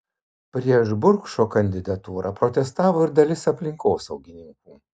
prieš burkšo kandidatūrą protestavo ir dalis aplinkosaugininkų